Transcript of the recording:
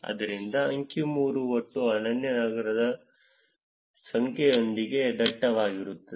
ಆದ್ದರಿಂದ ಅಂಕಿ 3 ಒಟ್ಟು ಅನನ್ಯ ನಗರಗಳ ಸಂಖ್ಯೆಯೊಂದಿಗೆ ದಟ್ಟವಾಗಿರುತ್ತದೆ